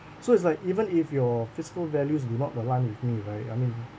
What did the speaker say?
so it's like even if your fiscal values do not align with me right I mean